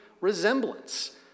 resemblance